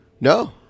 No